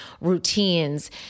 routines